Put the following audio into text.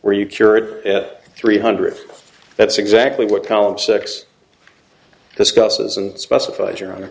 where you curate three hundred that's exactly what column six discusses and specifies your own